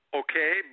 okay